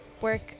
work